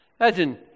Imagine